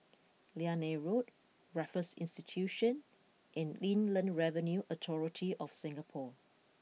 Liane Road Raffles Institution and Inland Revenue Authority of Singapore